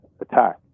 attack